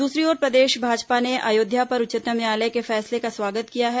दूसरी ओर प्रदेश भाजपा ने अयोध्या पर उच्चतम न्यायालय के फैसले का स्वागत किया है